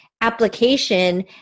application